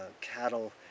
cattle